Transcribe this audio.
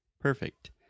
Perfect